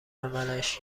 عملش